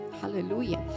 Hallelujah